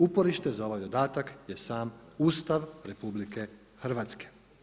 Uporište za ovaj dodatak je sam Ustav RH.